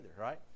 right